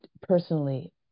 personally